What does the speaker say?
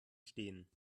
stehen